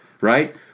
right